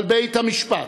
על בית-המשפט,